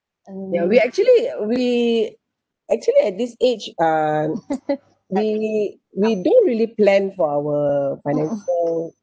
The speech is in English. we actually we actually at this age uh we we don't really plan for our financial